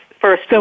first